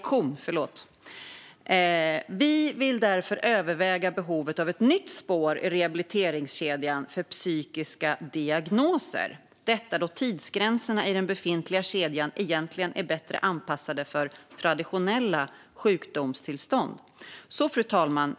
Vi vill därför överväga behovet av ett nytt spår i rehabiliteringskedjan för psykiska diagnoser. Detta då tidsgränserna i den befintliga kedjan egentligen är bättre anpassade för 'traditionella' sjukdomstillstånd." Fru ålderspresident!